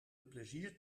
plezier